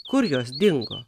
kur jos dingo